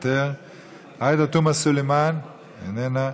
עאידה תומא סלימאן, איננה,